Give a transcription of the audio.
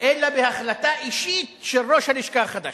אלא בהחלטה אישית של ראש הלשכה החדש.